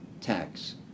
tax